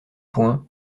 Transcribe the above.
point